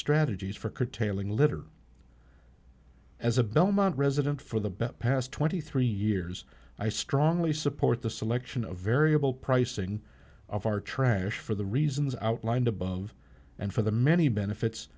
strategies for curtailing litter as a belmont resident for the past twenty three years i strongly support the selection of variable pricing of our trash for the reasons outlined above and for the many benefits